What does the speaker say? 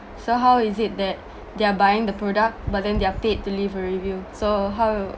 so how is it that they're buying the product but then they're paid to leave a review so how